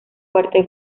fuerte